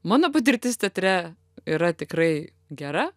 mano patirtis teatre yra tikrai gera